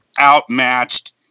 outmatched